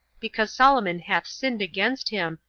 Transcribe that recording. because solomon hath sinned against him,